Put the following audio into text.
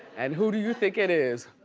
and who do you think it is?